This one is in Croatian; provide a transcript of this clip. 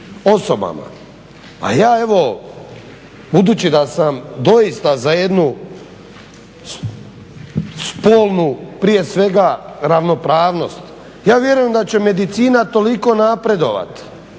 osobama. A ja evo budući da sam doista za jednu spolnu, prije svega ravnopravnost, ja vjerujem da će medicina toliko napredovati